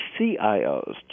CIOs